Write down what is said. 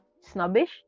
snobbish